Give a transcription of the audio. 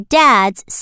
dad's